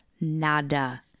nada